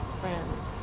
friends